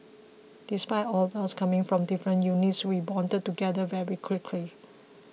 despite all of us coming from different units we bonded together very quickly